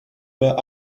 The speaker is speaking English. were